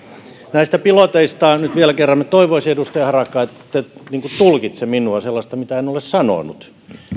näistä piloteista nyt vielä kerran toivoisin edustaja harakka että ette tulkitse minua sano sellaista mitä en ole sanonut